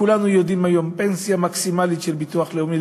כשכולנו יודעים היום שקצבה מקסימלית של ביטוח לאומי,